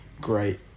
great